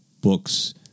books